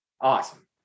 awesome